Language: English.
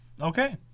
Okay